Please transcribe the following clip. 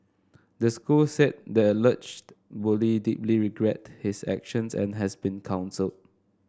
the school said the alleged bully deeply regret his actions and has been counselled